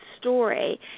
story